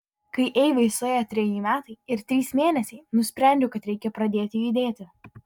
kai eivai suėjo treji metai ir trys mėnesiai nusprendžiau kad reikia pradėti judėti